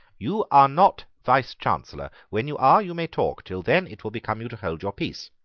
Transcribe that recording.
you are not vicechancellor. when you are, you may talk. till then it will become you to hold your peace.